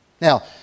Now